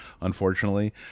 unfortunately